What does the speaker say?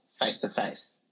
face-to-face